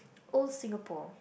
old Singapore